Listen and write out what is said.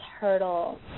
hurdle